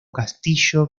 castillo